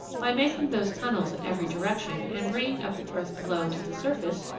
by making those tunnels in every direction and bringing up the earth below to the surface,